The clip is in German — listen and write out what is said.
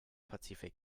pazifik